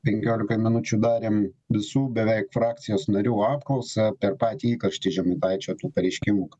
penkiolikoj minučių darėm visų beveik frakcijos narių apklausą per patį įkarštį žemaitaičio tų pareiškimų